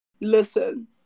Listen